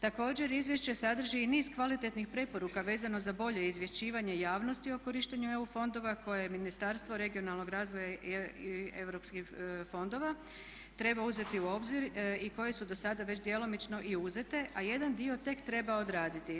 Također izvješće sadrži i niz kvalitetnih preporuka vezano za bolje izvješćivanje javnosti o korištenju EU fondova koje je Ministarstvo regionalnog razvoja i europskih fondova trebao uzeti u obzir i koje su do sada već djelomično i uzete a jedan dio tek treba odraditi.